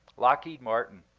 lockheed martin.